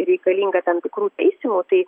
reikalinga tam tikrų teisių tai